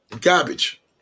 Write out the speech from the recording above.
Garbage